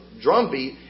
drumbeat